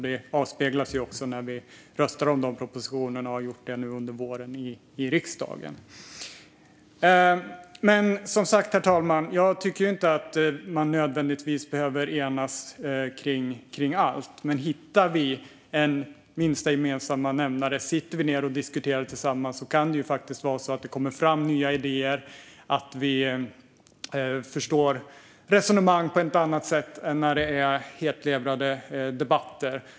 Det avspeglas också när vi röstar om de propositionerna i riksdagen, som vi gjort nu under våren. Herr talman! Jag tycker som sagt inte att vi nödvändigtvis behöver enas om allt. Men om vi sitter ned och diskuterar kan det ju faktiskt vara så att det kommer fram nya idéer, att vi hittar minsta gemensamma nämnare och att vi förstår resonemang på ett annat sätt än när det är hetlevrade debatter.